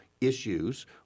issues